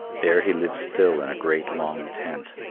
there he lives still in a great long tent,